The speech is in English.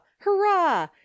Hurrah